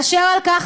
אשר על כן,